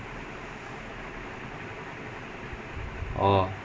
it's not even ego lah it's just like quite lazy he's thirty three years old already